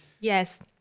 Yes